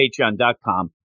patreon.com